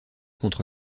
contre